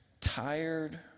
tired